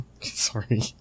Sorry